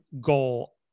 goal